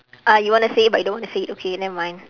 ah you want to say but you don't want to say it okay never mind